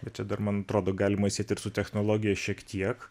ir čia dar man atrodo galima sieti ir su technologija šiek tiek